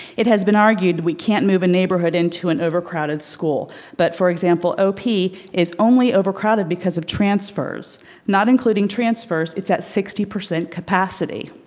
it has been argued we can't move a neighborhood into an overcrowded school but for example, ah op is only overcrowded because of transfers not including transfers, it's at sixty percent capacity.